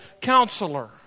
Counselor